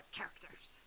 characters